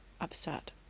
upset